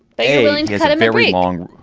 they willing to accept a very long.